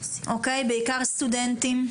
בעיקר סטודנטים,